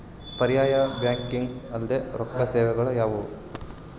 ಪರ್ಯಾಯ ಬ್ಯಾಂಕಿಂಗ್ ಅಲ್ದೇ ರೊಕ್ಕ ಸೇವೆಗಳು ಯಾವ್ಯಾವು?